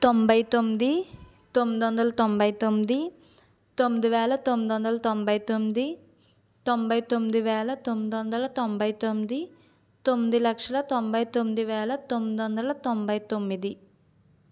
తొంభై తొమ్మిది తొమ్మిది వందల తొంభై తొమ్మిది తొమ్మిది వేల తొమ్మిది వందల తొంభై తొమ్మిది తొంభై తొమ్మిది వేల తొమ్మిది వందల తొంభై తొమ్మిది తొమ్మిది లక్షల తొంభై తొమ్మిది వేల తొమ్మిది వందల తొంభై తొమ్మిది